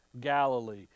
Galilee